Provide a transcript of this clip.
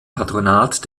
patronat